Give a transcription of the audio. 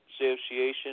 Association